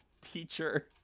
teacher